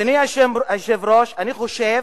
אדוני היושב-ראש, אני חושב